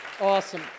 Awesome